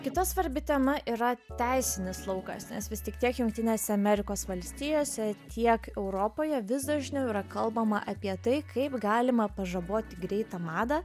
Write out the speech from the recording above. kita svarbi tema yra teisinis laukas nes vis tik tiek jungtinėse amerikos valstijose tiek europoje vis dažniau yra kalbama apie tai kaip galima pažaboti greitą madą